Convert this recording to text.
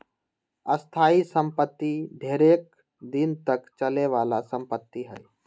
स्थाइ सम्पति ढेरेक दिन तक चले बला संपत्ति हइ